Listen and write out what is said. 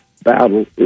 Battle